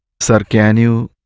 sort of can you